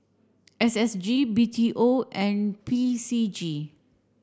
S S G B T O and P C G